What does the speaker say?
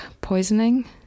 Poisoning